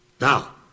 Now